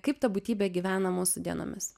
kaip ta būtybė gyvena mūsų dienomis